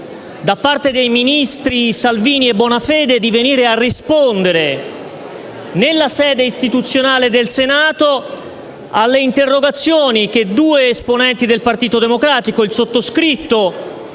da parte dei ministri Salvini e Bonafede di venire a rispondere nella sede istituzionale del Senato alle interrogazioni che due esponenti del Partito Democratico, il sottoscritto